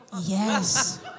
Yes